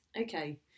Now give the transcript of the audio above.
okay